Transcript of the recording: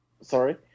Sorry